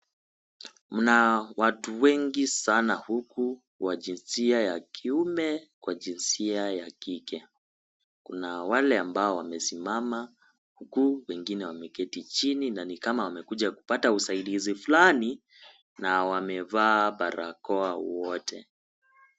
Mna watu wengi sana huku wa jinsia ya kiume na jinsia ya kike. Kuna wale ambao wamesimama huku wengine wameketi chini, na ni kama wamekuja kupata usaidizi fulani na wamevaa barakoa wote.